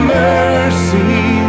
mercy